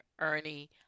Ernie